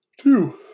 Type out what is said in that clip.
two